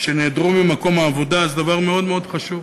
שנעדרו ממקום העבודה היא דבר מאוד מאוד חשוב.